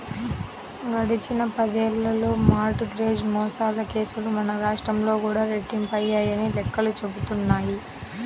గడిచిన పదేళ్ళలో mortgage మోసాల కేసులు మన రాష్ట్రంలో కూడా రెట్టింపయ్యాయని లెక్కలు చెబుతున్నాయి